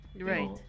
Right